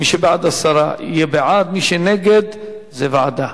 מי שבעד הסרה יהיה בעד, ומי שנגד, זה ועדה.